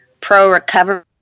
pro-recovery